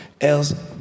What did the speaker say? else